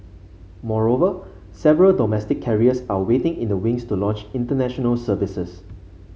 moreover several domestic carriers are waiting in the wings to launch International Services